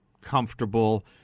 comfortable